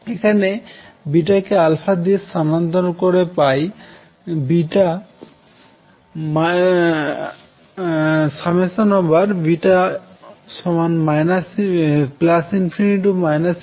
এখন কে α দিযে স্থানান্তর করে পাই β∞ ∞